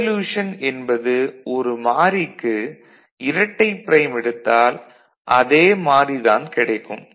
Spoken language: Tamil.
இன்வொல்யூசன் என்பது ஒரு மாறிக்கு இரட்டை ப்ரைம் எடுத்தால் அதே மாறி தான் கிடைக்கும்